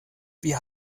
wir